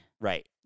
Right